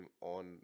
on